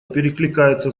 перекликается